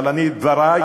אבל אני אומר את דברי,